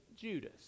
Judas